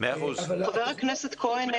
חבר הכנסת כהן,